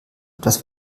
etwas